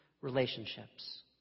relationships